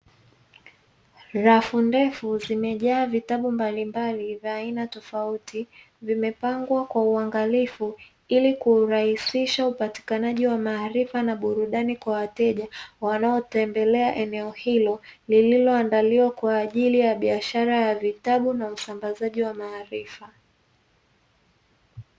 Rafu ndefu zimejaa vitabu mbalimbali vya aina tofauti, vimepangwa kwa uangalifu ili kurahisisha upatikanaji wa maarifa na burudani kwa wateja wanaotembelea eneo hilo, lililoandaliwa kwa ajili ya biashara ya vitabu na usambazaji wa maarifa.